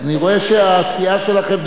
אני רואה שהסיעה שלכם,